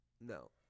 No